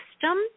system